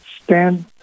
stand